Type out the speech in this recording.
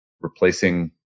replacing